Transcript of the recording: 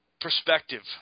perspective